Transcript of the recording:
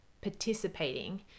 participating